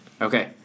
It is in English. Okay